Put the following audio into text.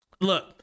look